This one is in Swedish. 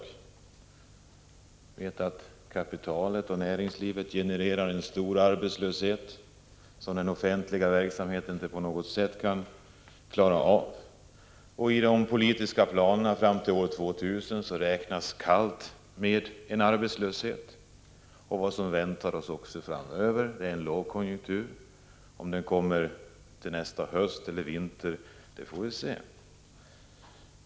Vi vet att kapitalet och näringslivet genererar en stor arbetslöshet, som den offentliga verksamheten inte på något sätt kan klara av, och i de politiska planerna fram till år 2000 räknas kallt med arbetslöshet. Vad som väntar oss nu framöver är en lågkonjunktur. Om den kommer till hösten eller till nästa vinter får vi se.